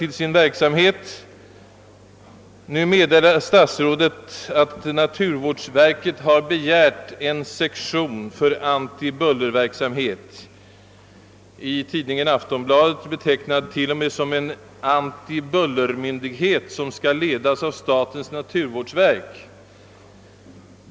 Det splittrade ansvaret tycks alltså kvarstå. Statsrådet meddelar nu att naturvårdsverket har begärt en sektion för antibullerverksamhet, i tidningen Aftonbladet t.o.m. betecknad som »en antibullermyndighet som skall ledas av statens naturvårdsverk».